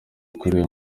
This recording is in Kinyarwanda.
koreya